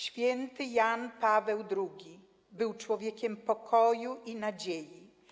Święty Jan Paweł II był człowiekiem pokoju i nadziei.